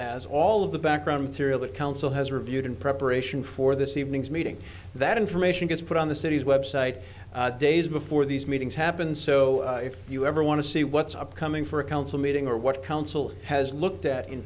as all of the background material that council has reviewed in preparation for this evening's meeting that information gets put on the city's website days before these meetings happen so if you ever want to see what's upcoming for a council meeting or what council has looked at in